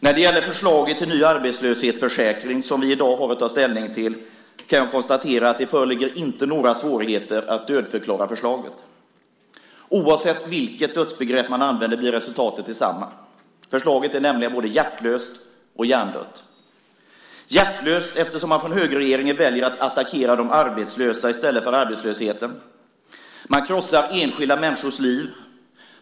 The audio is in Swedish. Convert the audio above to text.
När det gäller förslaget om en ny arbetslöshetsförsäkring, som vi i dag har att ta ställning till, kan jag konstatera att det inte föreligger några svårigheter att dödförklara förslaget. Oavsett vilket dödsbegrepp man använder blir resultatet detsamma. Förslaget är nämligen både hjärtlöst och hjärndött. Det är hjärtlöst eftersom man från högerregeringen väljer att attackera de arbetslösa i stället för arbetslösheten. Man krossar enskilda människors liv.